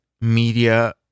media